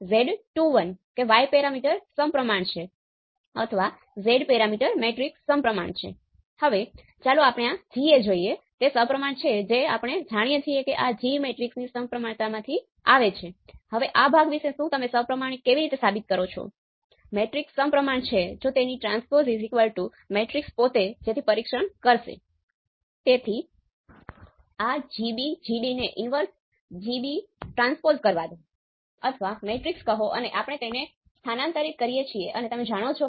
તેથી મારે ફક્ત એક સ્ત્રોત Vtest પરીક્ષણ સાથે રેખીય સર્કિટ ના સંકેતો સોંપવા માટે મારે ફક્ત α ચિહ્નને જ જોવાની જરૂર હોય છે